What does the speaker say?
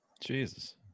Jesus